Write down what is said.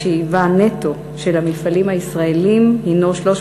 הכנסת, שעה 11:00 תוכן העניינים שאילתות דחופות 4